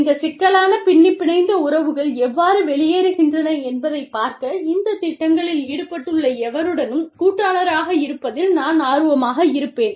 இந்த சிக்கலான பின்னிப்பிணைந்த உறவுகள் எவ்வாறு வெளியேறுகின்றன என்பதைப் பார்க்க இந்த திட்டங்களில் ஈடுபட்டுள்ள எவருடனும் கூட்டாளராக இருப்பதில் நான் ஆர்வமாக இருப்பேன்